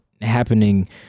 happening